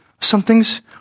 something's